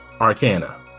Arcana